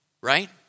right